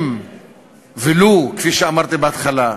אם, ולו, כפי שאמרתי בהתחלה,